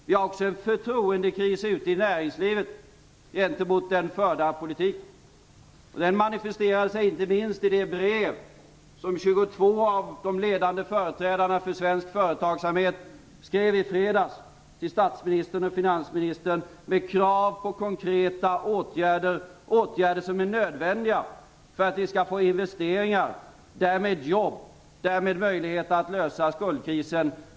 Vi har också en förtroendekris ute i näringslivet gentemot den förda politiken. Det manifesterar sig inte minst i det brev som 22 av de ledande företrädarna för svensk företagsamhet skrev i fredags till statsministern och finansministern. Det innehöll krav på konkreta åtgärder, åtgärder som är nödvändiga för att vi skall få investeringar och därmed jobb och möjlighet att lösa skuldkrisen.